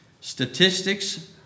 Statistics